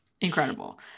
incredible